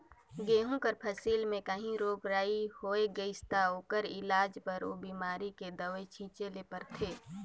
गहूँ कर फसिल में काहीं रोग राई होए गइस ता ओकर इलाज बर ओ बेमारी कर दवई छींचे ले परथे